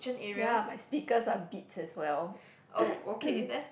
ya my speakers are Beats as well